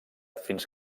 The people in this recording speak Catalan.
fins